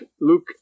Luke